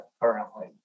currently